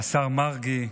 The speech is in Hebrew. השר מרגי,